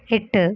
എട്ട്